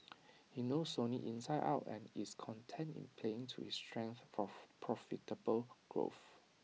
he knows Sony inside out and is content in playing to his strengths for profitable growth